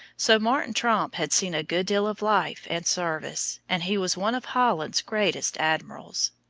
so martin tromp had seen a good deal of life and service, and he was one of holland's greatest admirals.